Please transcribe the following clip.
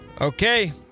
Okay